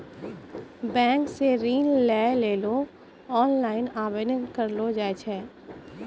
bank से ऋण लै लेली ओनलाइन आवेदन करलो जाय छै